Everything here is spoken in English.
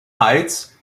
heights